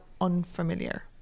unfamiliar